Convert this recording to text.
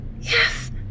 Yes